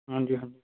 ਹਾਂਜੀ ਹਾਂਜੀ